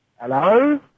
Hello